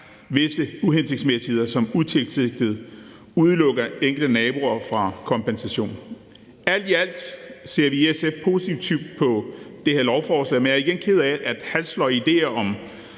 visse uhensigtsmæssigheder, som utilsigtet udelukker enkelte naboer fra kompensation. Alt i alt ser vi i SF positivt på det her lovforslag. Men jeg er igen ked af, at halvsløje idéer som